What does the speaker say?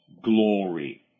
glory